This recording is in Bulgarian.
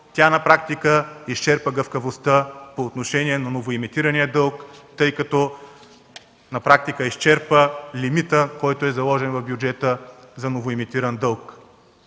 тя на практика изчерпа гъвкавостта по отношение на новоемитирания дълг, тъй като на практика изчерпа лимита, който е заложен в бюджета за новоемитиран дълг.